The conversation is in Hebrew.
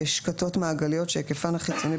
שקתות מעגליות שהיקפן החיצוני,